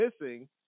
missing